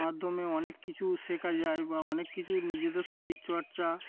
মাধ্যমে অনেক কিছু শেখা যায় বা অনেক কিছু নিজেদের শরীরচর্চা